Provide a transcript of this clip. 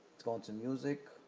go into music.